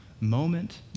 moment